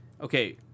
Okay